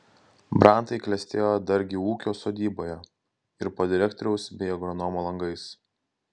brantai klestėjo dargi ūkio sodyboje ir po direktoriaus bei agronomo langais